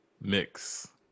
mix